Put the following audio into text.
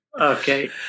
Okay